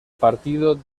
partido